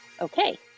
Okay